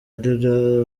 arira